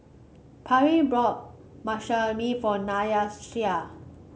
Parlee brought for Nyasia